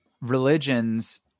religions